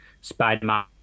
Spider-Man